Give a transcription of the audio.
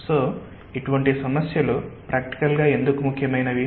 so ఇటువంటి సమస్యలు practical గా ఎందుకు ముఖ్యమైనవి